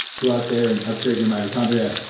go out there and upgrade your mitochondria.